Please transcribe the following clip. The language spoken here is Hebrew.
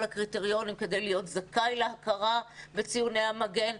הקריטריונים כדי להיות זכאי להכרה בציוני המגן,